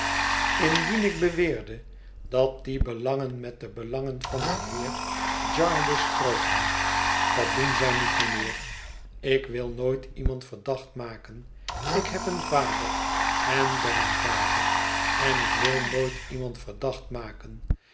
indien ik beweerde dat die belangen met de belangen van den heer jarndyce strooken dat doen zij niet mijnheer ik wil nooit iemand verdacht maken ik heb een vader en ben een vader en ik wil nooit iemand verdacht maken